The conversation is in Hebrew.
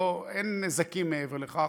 אין נזקים מעבר לכך.